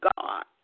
God